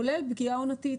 כולל פגיעה עונתית.